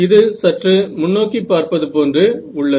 இது சற்று முன்னோக்கி பார்ப்பது போன்று உள்ளது